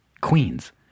Queen's